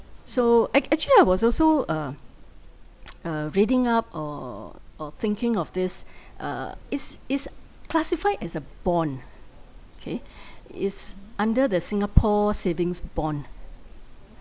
so ac~ actually I was also uh uh reading up or or thinking of this uh is is classified as a bond okay it's under the singapore savings bond